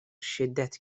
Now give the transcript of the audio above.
شدت